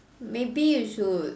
maybe you should